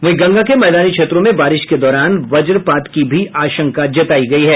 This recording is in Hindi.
वहीं गंगा के मैदानी क्षेत्रों में बारिश के दौरान वज्रपात की भी आशंका जतायी गई है